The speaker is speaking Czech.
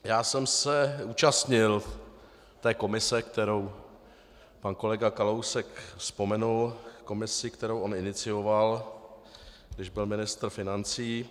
Já jsem se účastnil komise, kterou pan kolega Kalousek vzpomenul, komise, kterou on inicioval, když byl ministr financí.